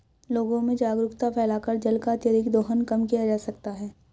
लोगों में जागरूकता फैलाकर जल का अत्यधिक दोहन कम किया जा सकता है